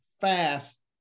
fast